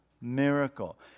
miracle